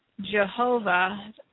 Jehovah